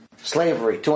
Slavery